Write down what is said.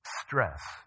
Stress